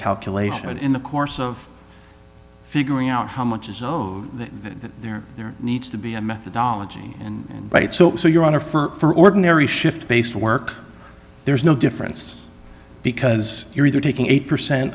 calculation in the course of figuring out how much is owed there there needs to be a methodology and right so so your honor for ordinary shift based work there's no difference because you're either taking eight percent